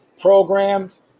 programs